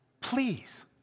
please